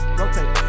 rotate